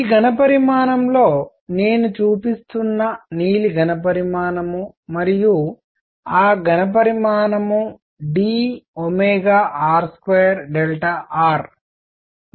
ఈ ఘణపరిమాణంలో నేను చూపిస్తున్న నీలి ఘణపరిమాణం మరియు ఆ ఘణపరిమాణం dr2 r